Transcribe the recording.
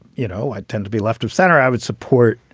you know, i tend to be left of center. i would support,